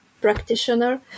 practitioner